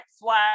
Flag